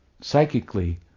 psychically